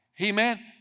Amen